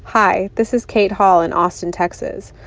hi. this is kate hall in austin, texas,